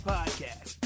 Podcast